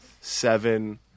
seven